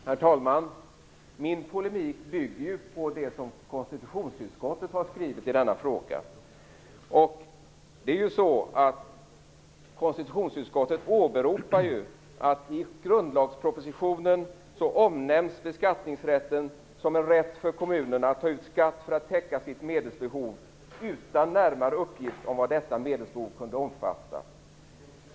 Herr talman! Min polemik bygger på det som konstitutionsutskottet har skrivit i denna fråga. Konstitutionsutskottet åberopar det förhållandet att beskattningsrätten i grundlagspropositionen omnämns som en rätt för kommunerna att ta ut skatt för att täcka sitt medelsbehov utan närmare uppgift om vad detta medelsbehov kan omfatta.